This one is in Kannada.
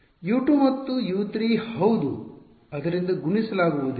U 2 ಮತ್ತು U 3 ಹೌದು ಅದರಿಂದ ಗುಣಿಸಲಾಗುವುದಿಲ್ಲ